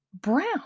brown